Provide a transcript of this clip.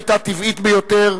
היתה טבעית ביותר,